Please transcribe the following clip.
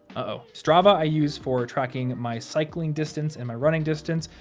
uh-oh. strava i use for tracking my cycling distance and my running distance.